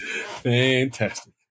Fantastic